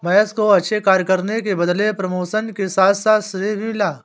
महेश को अच्छे कार्य करने के बदले प्रमोशन के साथ साथ श्रेय भी मिला